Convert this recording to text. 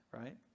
right